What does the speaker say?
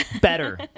Better